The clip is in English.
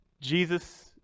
Jesus